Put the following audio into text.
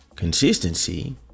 Consistency